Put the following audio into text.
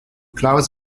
klaus